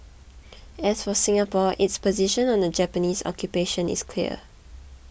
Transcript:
as for Singapore its position on the Japanese occupation is clear